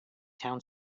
town